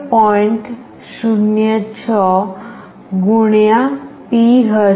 06 P હશે